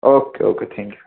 okay okay thank you